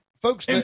Folks